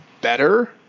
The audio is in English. better